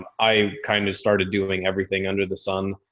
i kind of started doing everything under the sun.